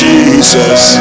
Jesus